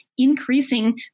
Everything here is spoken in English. increasing